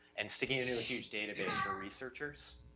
and sticking into a huge database for researchers,